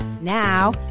Now